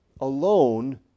alone